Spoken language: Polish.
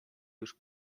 już